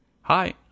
Hi